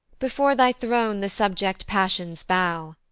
before thy throne the subject-passions bow,